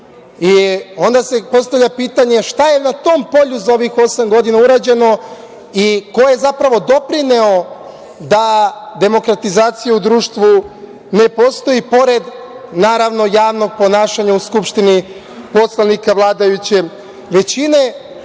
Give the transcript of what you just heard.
se postavlja pitanje – šta je na tom polju za ovih osam godina urađeno i ko je zapravo doprineo da demokratizaciju u društvu ne postoji pored, naravno javnog ponašanja u Skupštini poslanika vladajuće većine?